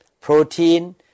protein